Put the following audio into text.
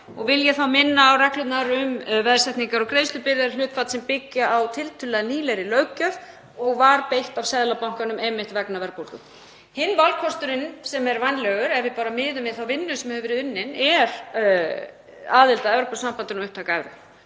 Vil ég þá minna á reglurnar um veðsetningar- og greiðslubyrðarhlutfall sem byggja á tiltölulega nýlegri löggjöf og var einmitt beitt af Seðlabankanum vegna verðbólgu. Hinn valkosturinn sem er vænlegur, ef við miðum við þá vinnu sem hefur verið unnin, er aðild að Evrópusambandinu og upptaka evru